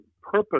purpose